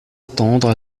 attendre